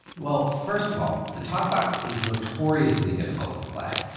well, first of all, the talkbox is notoriously difficult to play,